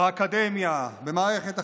באקדמיה, במערכת החינוך,